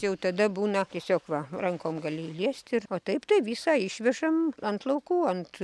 jau tada būna tiesiog va rankom gali liesti ir o taip tai visą išvežam ant laukų ant